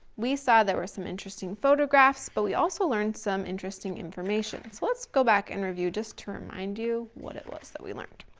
we saw there were some interesting photographs, but we also learned some interesting information. so let's go back and review just to remind you, what it was that we learned.